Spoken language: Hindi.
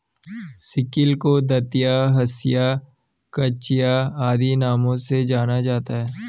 सिक्ल को दँतिया, हँसिया, कचिया आदि नामों से जाना जाता है